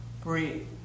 Breathe